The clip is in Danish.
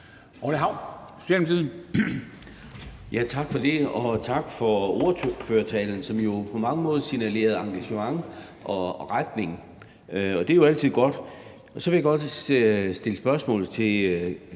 Orla Hav, Socialdemokratiet.